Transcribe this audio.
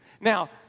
Now